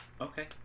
Okay